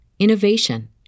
innovation